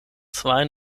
zwei